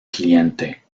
cliente